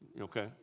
Okay